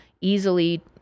easily